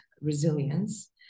resilience